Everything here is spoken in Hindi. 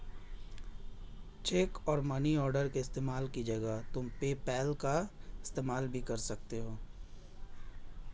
चेक और मनी ऑर्डर के इस्तेमाल की जगह तुम पेपैल का इस्तेमाल भी कर सकती हो